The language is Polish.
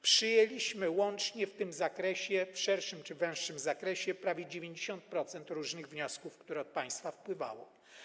Przyjęliśmy łącznie w tym zakresie - szerszym czy węższym - prawie 90% różnych wniosków, które od państwa wpływały.